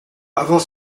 avant